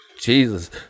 Jesus